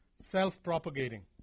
Self-propagating